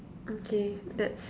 okay that's